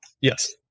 Yes